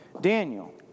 Daniel